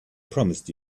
promised